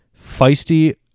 feisty